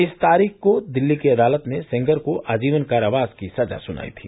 इसी तारीख को दिल्ली की अदालत ने सेंगर को आजीवन कारावास की सजा सुनायी थी